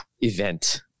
event